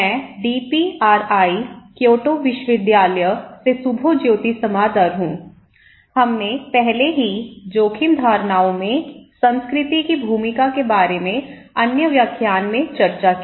मैं DPRI Kyoto विश्वविद्यालय से सुभाज्योति समादर हूं हमने पहले ही जोखिम धारणाओं में संस्कृति की भूमिका के बारे में अन्य व्याख्यान में चर्चा की